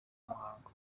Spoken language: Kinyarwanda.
muhango